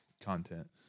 content